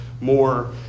more